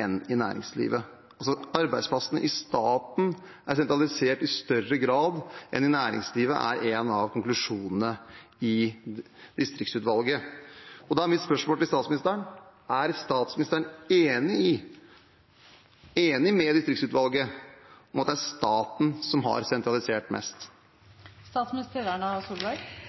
enn i næringslivet.» At arbeidsplassene i staten er sentralisert i større grad enn i næringslivet, er altså en av konklusjonene til distriktsnæringsutvalget. Da er mitt spørsmål til statsministeren: Er statsministeren enig med distriktsnæringsutvalget i at det er staten som har sentralisert